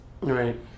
Right